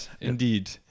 indeed